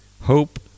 hope